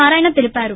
నారాయణ తెలిపారు